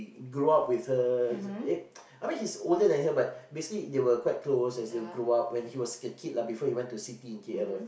grew up with her eh I mean he's older than her but basically they were quite close as they grew up when he was a kid lah before he went to city in K_L what